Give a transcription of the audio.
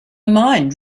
mind